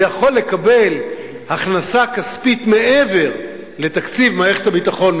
ויכולה לקבל הכנסה כספית מעבר לתקציב מערכת הביטחון,